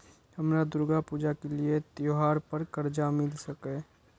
हमरा दुर्गा पूजा के लिए त्योहार पर कर्जा मिल सकय?